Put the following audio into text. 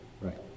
Right